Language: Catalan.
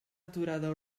aturada